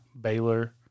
Baylor